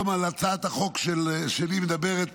הצעת החוק שלי אומרת